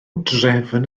drefn